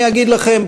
אני אגיד לכם,